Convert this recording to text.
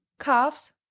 calves